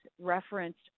referenced